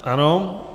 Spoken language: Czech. Ano.